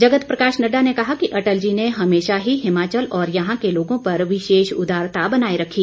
जगत प्रकाश नड्डा ने कहा कि अटल जी ने हमेशा ही हिमाचल और यहां के लोगों पर विशेष उदारता बनाए रखी